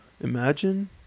Imagine